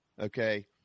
Okay